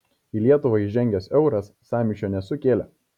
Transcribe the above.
į lietuvą įžengęs euras sąmyšio nesukėlė